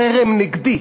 חרם נגדי.